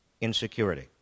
insecurity